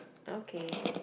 okay